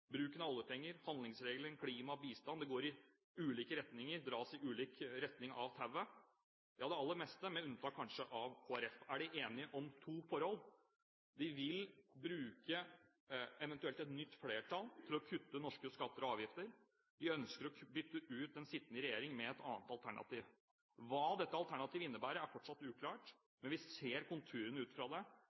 bruken av oljepenger, handlingsregelen, klima, bistand – tauet dras i ulike retninger – ja, det aller meste. Med unntak av kanskje Kristelig Folkeparti er de enige om to forhold: De vil bruke et eventuelt nytt flertall til å kutte norske skatter og avgifter, og de ønsker å bytte ut den sittende regjering med et annet alternativ. Hva dette alternativet innebærer, er fortsatt uklart, men vi ser konturene ut fra